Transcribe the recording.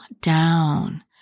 down